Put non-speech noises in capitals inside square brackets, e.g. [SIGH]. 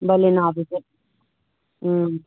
[UNINTELLIGIBLE] ꯎꯝ